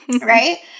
right